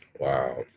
Wow